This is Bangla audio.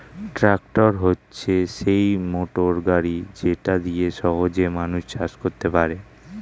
ট্র্যাক্টর হচ্ছে সেই মোটর গাড়ি যেটা দিয়ে সহজে মানুষ চাষ করতে পারে